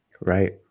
Right